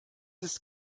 ist